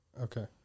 Okay